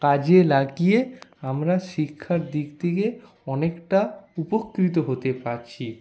কাজে লাগিয়ে আমরা শিক্ষার দিক থেকে অনেকটা উপকৃত হতে পারছি